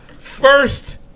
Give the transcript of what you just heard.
first